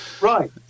Right